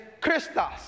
Christos